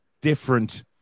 different